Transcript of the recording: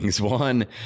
One